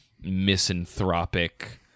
misanthropic